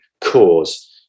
cause